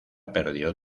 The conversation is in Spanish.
perdió